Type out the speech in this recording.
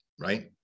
right